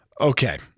Okay